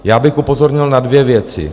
Já bych upozornil na dvě věci.